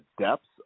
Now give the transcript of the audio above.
depths